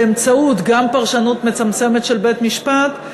גם באמצעות פרשנות מצמצמת של בית-משפט,